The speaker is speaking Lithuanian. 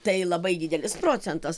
tai labai didelis procentas